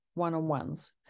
one-on-ones